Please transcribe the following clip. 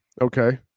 okay